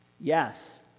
Yes